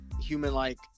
human-like